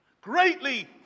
Greatly